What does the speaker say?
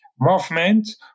movement